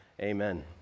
amen